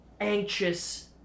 anxious